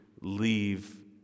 leave